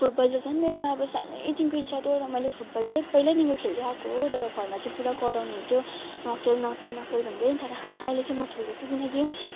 football त झन् मेरो अब सानुदेखिको इच्छा थियो र मैले फुटबल चाहिँ पहिलैदेखिको खेल्दै आएको हो तर घरमा चाहिँ अब पुरा कराउनु हुन्थ्यो नखेल नखेल नखेल भन्दै तर अहिले चाहिँ म खेल्दैछु किनकि